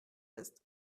ist